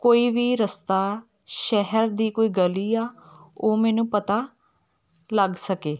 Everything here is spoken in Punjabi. ਕੋਈ ਵੀ ਰਸਤਾ ਸ਼ਹਿਰ ਦੀ ਕੋਈ ਗਲੀ ਜਾਂ ਉਹ ਮੈਨੂੰ ਪਤਾ ਲੱਗ ਸਕੇ